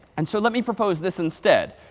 and so let me propose this instead.